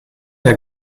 der